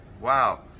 Wow